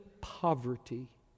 poverty